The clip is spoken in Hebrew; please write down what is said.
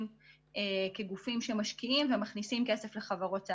כגופים שמשקיעים ומכניסים כסף לחברות ההיי-טק.